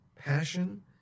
passion